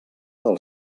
del